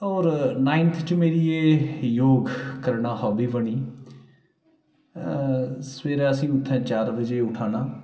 होर नाइन्थ च मेरी एह् योग करना हाॅबी बनी सबैह्रे असें ई उत्थें चार बजे उठाना